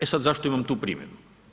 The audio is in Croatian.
E sada, zašto imam tu primjedbu?